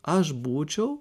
aš būčiau